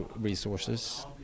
resources